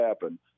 happen